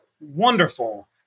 wonderful